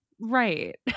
right